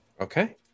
okay